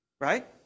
right